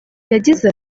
yagize